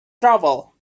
trouble